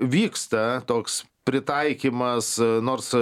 vyksta toks pritaikymas nors